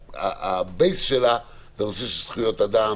שהבייס שלה הוא הנושא של זכויות אדם,